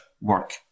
work